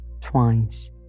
twice